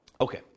Okay